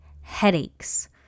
headaches